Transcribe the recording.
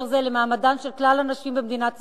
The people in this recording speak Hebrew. זה למעמדן של כלל הנשים במדינת ישראל.